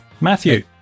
Matthew